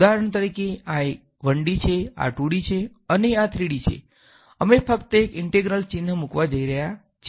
ઉદાહરણ તરીકે આ 1D છે આ 2D છે અને આ 3D છે અમે ફક્ત એક ઈંટેગ્રલ ચિહ્ન મૂકવા જઈ રહ્યા છીએ